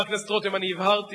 חבר הכנסת רותם, אני הבהרתי